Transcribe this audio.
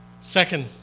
Second